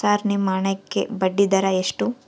Sir ನಿಮ್ಮ ಹಣಕ್ಕೆ ಬಡ್ಡಿದರ ಎಷ್ಟು?